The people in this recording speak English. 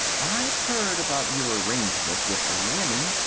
i've heard about your arrangements with the women,